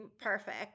perfect